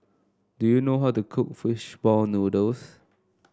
do you know how to cook fish ball noodles